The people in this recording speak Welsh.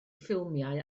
ffilmiau